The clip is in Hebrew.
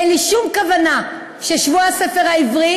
אין לי שום כוונה ששבוע הספר העברי